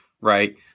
right